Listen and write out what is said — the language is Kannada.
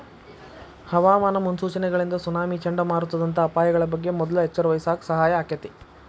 ಹವಾಮಾನ ಮುನ್ಸೂಚನೆಗಳಿಂದ ಸುನಾಮಿ, ಚಂಡಮಾರುತದಂತ ಅಪಾಯಗಳ ಬಗ್ಗೆ ಮೊದ್ಲ ಎಚ್ಚರವಹಿಸಾಕ ಸಹಾಯ ಆಕ್ಕೆತಿ